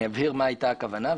אבהיר מה היתה הכוונה,